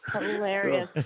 Hilarious